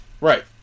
Right